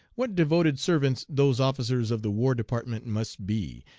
what devoted servants those officers of the war department must be,